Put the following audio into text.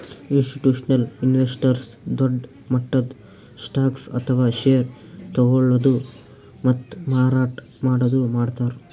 institutional investors ದೊಡ್ಡ್ ಮಟ್ಟದ್ stocks ಅಥವಾ ಷೇರ್ ತಗೋಳದು ಮತ್ತ್ ಮಾರಾಟ್ ಮಾಡದು ಮಾಡ್ತಾರ್